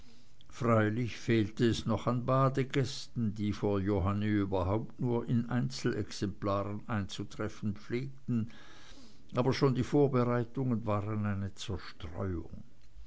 freilich fehlte es noch an badegästen die vor johanni überhaupt nur in einzelexemplaren einzutreffen pflegten aber schon die vorbereitungen waren eine zerstreuung